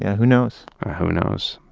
yeah who knows? who knows?